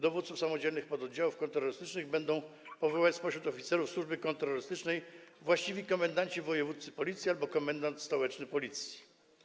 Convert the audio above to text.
Dowódców samodzielnych pododdziałów kontrterrorystycznych będą powoływać spośród oficerów służby kontrterrorystycznej właściwi komendanci wojewódzcy Policji albo komendant stołeczny Policji.